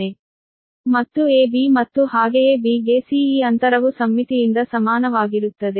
ಮತ್ತು a b ಮತ್ತು ಹಾಗೆಯೇ b ಗೆ c ಈ ಅಂತರವು ಸಮ್ಮಿತಿಯಿಂದ ಸಮಾನವಾಗಿರುತ್ತದೆ